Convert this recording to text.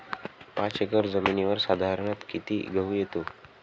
पाच एकर जमिनीवर साधारणत: किती गहू येतो?